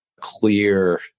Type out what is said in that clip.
clear